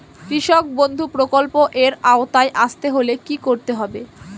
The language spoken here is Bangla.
কৃষকবন্ধু প্রকল্প এর আওতায় আসতে হলে কি করতে হবে?